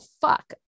fuck